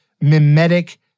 mimetic